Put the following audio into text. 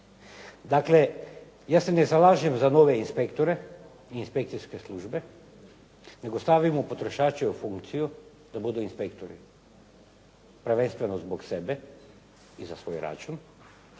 Dakle, ja se ne zalažem za nove inspektore i inspekcijske službe nego stavimo potrošače u funkciju da budu inspektori. Prvenstveno zbog sebe i za svoj račun,